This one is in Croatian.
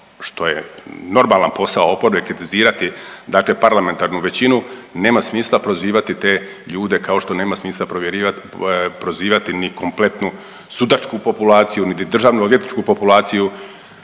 što je normalan posao oporbe kritizirati dakle parlamentarnu većinu, nema smisla prozivati te ljude, kao što nema smisla prozivati ni kompletnu sudačku populaciju, niti državno odvjetničku populaciju